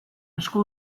esku